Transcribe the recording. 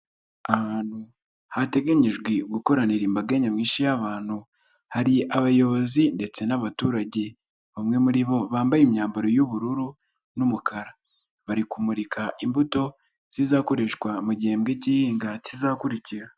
Ahantu hateganyijwe gukoranira imbaga nyamwinshi y'abantu, hari abayobozi ndetse n'abaturage, bamwe muri bo bambaye imyambaro y'ubururu n'umukara, bari kumurika imbuto zizakoreshwa mu gihembwe k'ihinga kizakurikira.